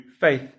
faith